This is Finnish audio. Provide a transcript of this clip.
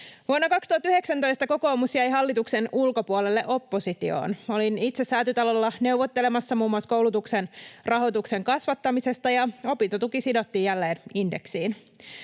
Vuonna 2019 kokoomus jäi hallituksen ulkopuolelle oppositioon. Olin itse Säätytalolla neuvottelemassa muun muassa koulutuksen rahoituksen kasvattamisesta, ja opintotuki sidottiin jälleen indeksiin.